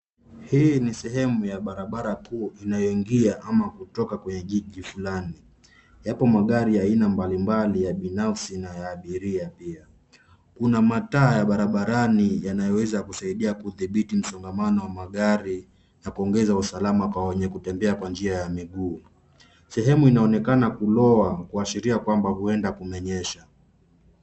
Hii ni sehemu ya barabara kuu inayoingia ama kutoka kwenye jiji fulani. Yapo magari ya aina mbalimbali ya binafsi na ya abiria pia. Kuna mataa ya barabarani yanayoweza kusaidia kudhibiti msongamano wa magari na kuongeza usalama kwa wenye kutembea kwa njia ya miguu. Sehemu inaonekana kuloa, kuashiria kwamba huenda kumenyesha.